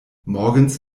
morgens